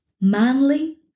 Manly